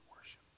worship